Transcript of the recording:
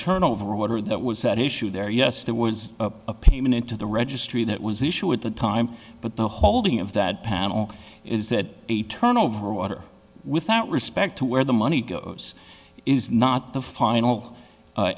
turn over water that was at issue there yes there was a payment into the registry that was issue at the time but the holding of that panel is that a turn over water without respect to where the money goes is not the final